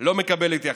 לא מקבל התייחסות,